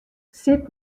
sit